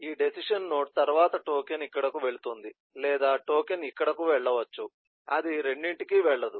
ఈ decision node తరువాత token ఇక్కడకు వెళుతుంది లేదా టోకెన్ ఇక్కడకు వెళ్ళవచ్చు అది రెండింటికీ వెళ్ళదు